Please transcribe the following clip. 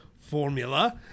formula